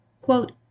quote